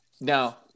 Now